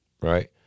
right